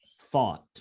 thought